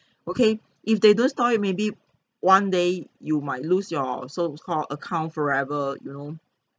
okay if they don't store it maybe one day you might lose your so-called account forever you know